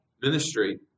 ministry